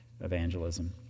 evangelism